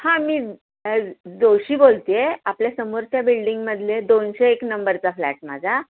हां मी जोशी बोलते आहे आपल्या समोरच्या बिल्डिंगमधले दोनशे एक नंबरचा फ्लॅट माझा